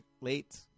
late